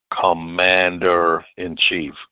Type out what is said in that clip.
commander-in-chief